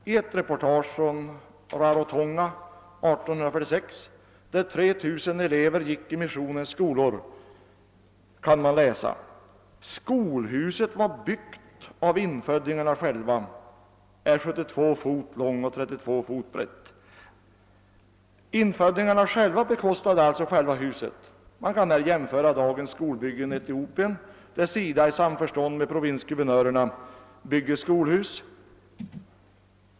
I ett reportage 1846 från Rarotunga där 3 000 elever gick i missionens skolor kan man läsa: >Skolhuset var byggt av infödingarna själva, är 72 fot långt och 32 fot brett.> Infödingarna bekostade alltså själva huset. Man kan jämföra detta med dagens skolbyggen i Etiopien där SIDA i samförstånd med provinsguvernörerna bygger skolhus.